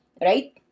right